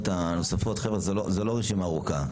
זה לא רשימה ארוכה.